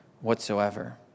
whatsoever